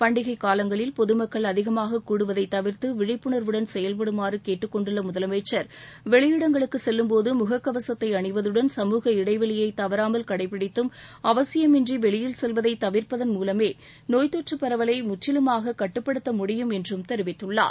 பண்டிகைக் காலங்களில் பொதுமக்கள் அதிகமாக கூடுவதை தவிர்த்து விழிப்புணர்வுடன் செயல்படுமாறு கேட்டுக் கொண்டுள்ள முதலமைச்சர் வெளியிடங்களுக்கு செல்லும் போது முகக்கவசத்தை அணிவதுடன் சமூக இடைவெளியை தவறாமல் கடைபிடித்தும் அவசியமின்றி வெளியில் கெல்வதை தவிர்ப்பதன் மூலமே நோய் தொற்றுப் பரவலை முற்றிலுமாக கட்டுப்படுத்த முடியும் என்றும் தெரிவித்துள்ளார்